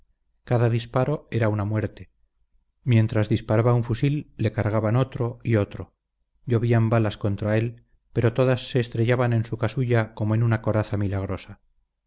cada disparo era una muerte mientras disparaba un fusil le cargaban otro y otro llovían balas contra él pero todas se estrellaban en su casulla como en una coraza milagrosa